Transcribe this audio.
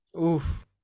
oof